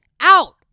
Out